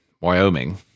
Wyoming